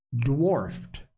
dwarfed